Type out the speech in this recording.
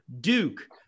Duke